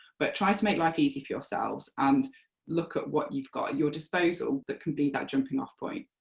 but try to make life easy for yourselves and look at what you've got at your disposal that can be that jumping-off point.